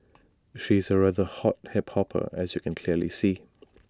she's A rather hot hip hopper as you can clearly see